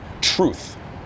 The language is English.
truth